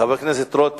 חבר הכנסת רותם,